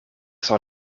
zat